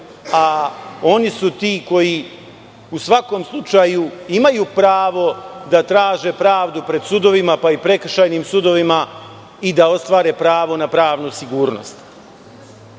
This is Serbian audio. a oni su ti koji u svakom slučaju imaju pravo da traže pravdu pred sudovima, pa i prekršajnim sudovima i da ostvare pravo na pravnu sigurnost. Sledeći